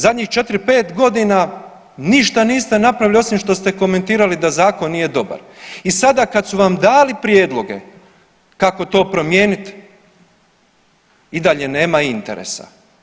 Zadnjih četiri, pet godina ništa niste napravili osim što ste komentirali da zakon nije dobar i sada kada su vam dali prijedloge kako to promijenit i dalje nema interesa.